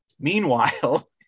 meanwhile